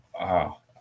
Wow